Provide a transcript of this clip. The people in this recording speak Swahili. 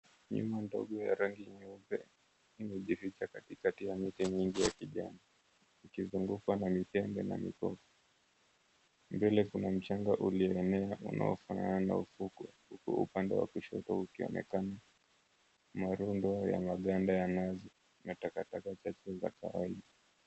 Nyumba ndogo ya rangi nyeupe imejificha katikati ya miti mingi ya kijani ukizungukwa na mitembe na mikoko. Mbele kuna mchanga ulioenea unaofanana na ufukwe huku upande wa kushoto ukionekana na rundo wa maganda ya nazi na takataka za kawaida.